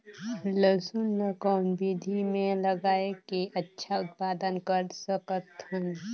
लसुन ल कौन विधि मे लगाय के अच्छा उत्पादन कर सकत हन?